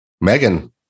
Megan